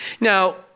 Now